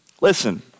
listen